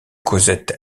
cosette